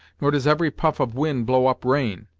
nor does every puff of wind blow up rain.